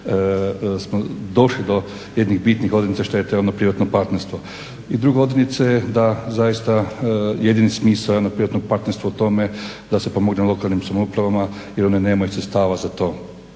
smo došli do jednih bitnih odrednica što je to javno-privatno partnerstvo. I druga … zaista jedini smisao javno-privatno partnerstva u tome da se pomogne lokalnim samoupravama jer one nemaju sredstava za to.